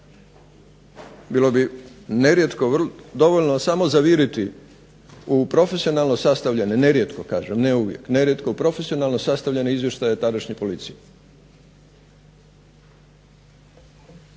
Bilo bi nerijetko dovoljno samo zaviriti u profesionalno sastavljene nerijetko kažem, ne uvijek, nerijetko profesionalno sastavljene izvještaje tadašnje policije.